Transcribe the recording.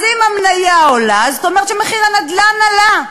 אז אם המניה עולה, זאת אומרת שמחיר הנדל"ן עלה.